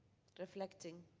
reflecting?